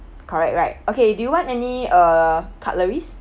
correct right okay do you want any uh cutleries